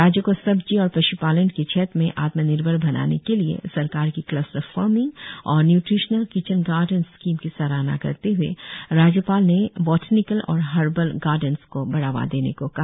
राज्य को सब्जी और पश्पालन के क्षेत्र में आत्मनिर्भर बनाने के लिए सरकार की क्लस्टर फार्मिंग और न्यूट्रिशनल किचन गार्डेन स्कीम की सराहना करते हए राज्यपाल ने बोटनिकल और हर्बल गार्डेन्स को बढ़ावा देने को कहा